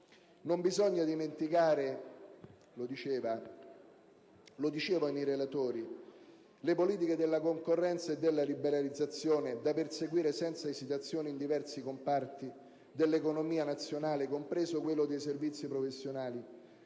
Non bisogna dimenticare poi, come ricordavano i relatori, le politiche della concorrenza e della liberalizzazione da perseguire senza esitazione in diversi comparti dell'economia nazionale, compreso quello dei servizi professionali,